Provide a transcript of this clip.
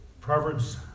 Proverbs